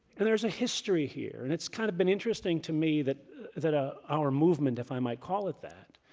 and there's a history here. and it's kind of been interesting to me that that ah our movement, if i might call it that,